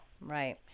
right